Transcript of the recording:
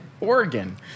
Oregon